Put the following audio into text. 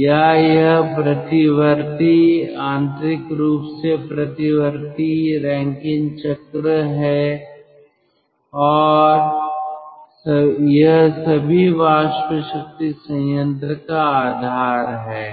या यह प्रतिवर्ती आंतरिक रूप से प्रतिवर्ती रैंकिन चक्र है और यह सभी वाष्प शक्ति संयंत्र का आधार है